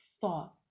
thought